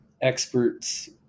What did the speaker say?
experts